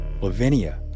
Lavinia